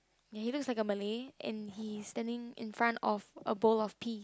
ya he looks like a Malay and he is standing in front of a bowl of pea